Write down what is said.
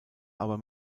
aber